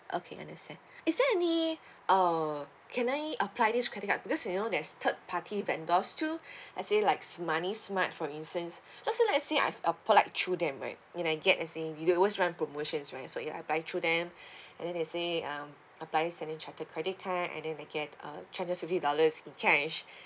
okay understand is there any uh can I apply this credit card because you know there's third party vendors too let's say like money smart for instance let's say like I I apply through them right when I get let's say you know one of the promotions right so I apply through them and then they say um apply standard chartered credit card and then they get uh charges fifty dollars in cash